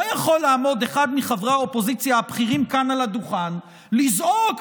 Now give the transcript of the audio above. לא יכול לעמוד אחד מחברי האופוזיציה הבכירים כאן על הדוכן ולזעוק: